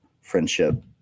friendship